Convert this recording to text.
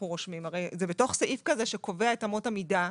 רושמים הרי זה בתוך סעיף שקובע את אמות המידה,